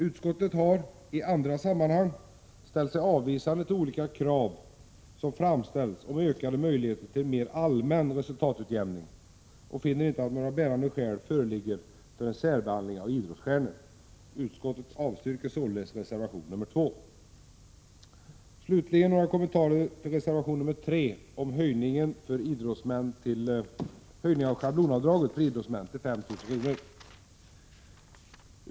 Utskottet har i andra sammanhang ställt sig avvisande till olika krav om ökade möjligheter till en mer allmän resultatutjämning och finner inte att några bärande skäl föreligger för en särbehandling av idrottsstjärnor. Utskottet avstyrker således reservation nr 2. Slutligen några kommentarer till reservation nr 3 som handlar om en höjning av schablonavdraget för idrottsmän till 5 000 kr.